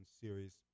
series